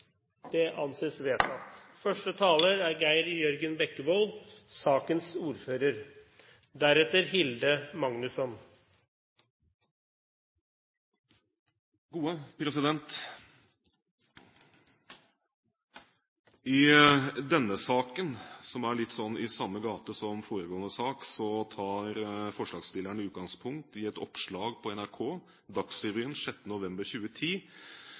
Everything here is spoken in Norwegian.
Det anses vedtatt. I denne saken, som er litt i samme gate som foregående sak, tar forslagsstillerne utgangspunkt i et oppslag på NRK, Dagsrevyen 6. november 2010,